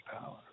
power